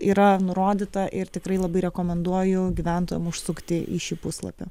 yra nurodyta ir tikrai labai rekomenduoju gyventojam užsukti į šį puslapį